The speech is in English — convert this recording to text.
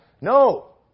No